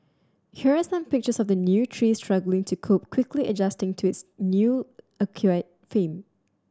here are some pictures of the new tree struggling to cope quickly adjusting to its new fame